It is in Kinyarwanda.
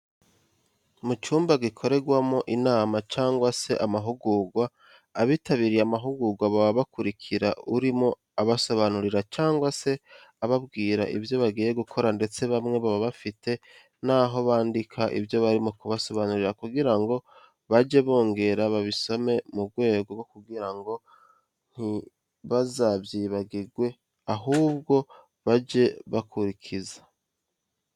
Mu cyumba gikorerwamo inama cyangwa se amahugurwa, abitabiriye amahugurwa baba bakurikira urimo abasobanurira cyangwa se ababwira ibyo bagiye gukora ndetse bamwe baba bafite naho bandika ibyo barimo kubasobanurira kugira ngo bajye bongera babisome mu rwego rwo kugira ngo ntibazabyibagirwe ahubwo bajye babikurikiza.